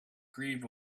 grieve